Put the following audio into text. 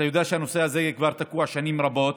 אתה יודע שהנושא הזה תקוע כבר שנים רבות.